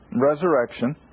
resurrection